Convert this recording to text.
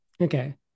okay